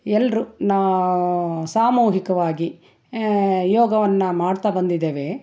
ಎಲ್ಲರೂ ನಾವು ಸಾಮೂಹಿಕವಾಗಿ ಯೋಗವನ್ನು ಮಾಡ್ತಾ ಬಂದಿದ್ದೇವೆ